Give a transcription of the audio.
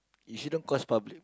you shouldn't cause public